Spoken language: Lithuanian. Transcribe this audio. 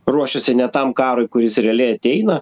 ruošiasi ne tam karui kuris realiai ateina